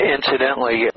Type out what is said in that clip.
Incidentally